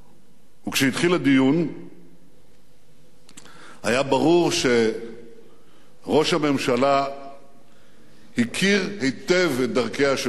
וכשהתחיל הדיון היה ברור שראש הממשלה הכיר היטב את דרכיה של וושינגטון.